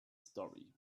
story